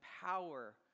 power